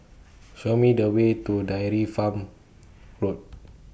Show Me The Way to Dairy Farm Road